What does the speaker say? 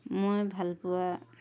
মই ভালপোৱা